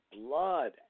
blood